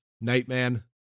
Nightman